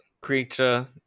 creature